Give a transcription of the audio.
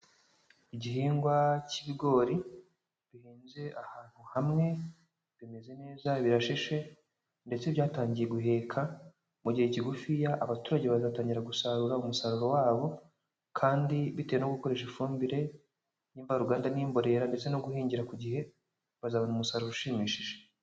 Igihingwa cy'ibigori bihinze ahantu hamwe; bimeze neza, birasheshe ndetse byatangiye guheka mu gihe kigufiya, abaturage bazatangira gusarura umusaruro wabo, kandi bitewe no gukoresha ifumbire mvaruganda n'imborera ndetse no guhingira ku gihe, bazabona umusaruro ushimishije.